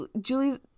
Julie's